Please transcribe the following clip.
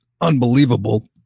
unbelievable